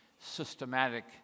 systematic